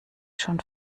schon